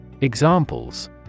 Examples